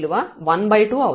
విలువ 12 అవుతుంది